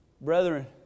Brethren